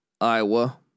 Iowa